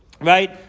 right